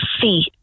see